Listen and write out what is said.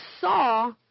saw